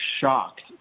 shocked